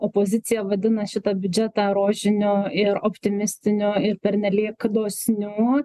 opozicija vadina šitą biudžetą rožiniu ir optimistiniu ir pernelyg dosniu